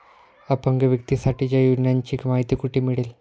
अपंग व्यक्तीसाठीच्या योजनांची माहिती कुठे मिळेल?